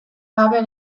gabe